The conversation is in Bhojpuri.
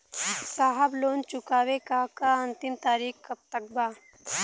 साहब लोन चुकावे क अंतिम तारीख कब तक बा?